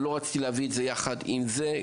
אבל לא רציתי להביא את זה יחד עם ההצעה הזאת,